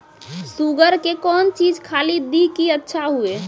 Sugar के कौन चीज खाली दी कि अच्छा हुए?